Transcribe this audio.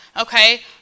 okay